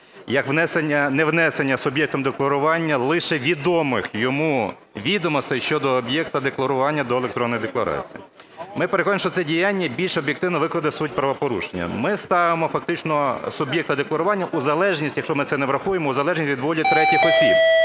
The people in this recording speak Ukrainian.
як невнесення суб'єктом декларування лише відомих йому відомостей щодо об'єкта декларування до електронної декларації. Ми переконані, що це діяння більш об'єктивно викладе суть правопорушення. Ми ставимо фактично суб'єкта декларування у залежність, якщо ми це не врахуємо, у залежність від волі третіх осіб,